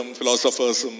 philosophers